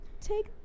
take